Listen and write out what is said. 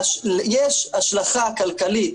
יש השלכה כלכלית